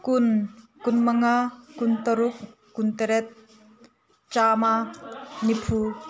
ꯀꯨꯟ ꯀꯨꯟ ꯃꯉꯥ ꯀꯨꯟ ꯇꯔꯨꯛ ꯀꯨꯟ ꯇꯔꯦꯠ ꯆꯥꯝꯃ ꯅꯤꯐꯨ